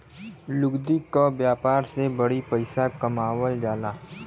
लुगदी क व्यापार से बड़ी पइसा कमावल जाला